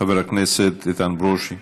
חבר הכנסת איתן ברושי,